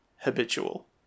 habitual